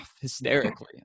hysterically